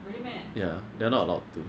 ya they are not allowed to